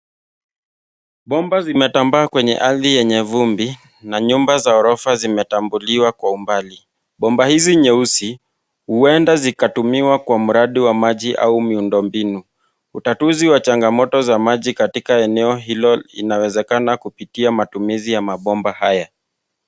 Bomba zinatambaa kwenye ardhi yenye vumbi na nyumba za ghorofa zimetambuliwa kwa umbali, bomba hizi nyeusi huenda zikatumiwa kwa mradi wa maji au miundo mbinu, utatuzi wa changamoto za maji katika eneo hilo inawezekana kupitia matumizi ya mabomba haya.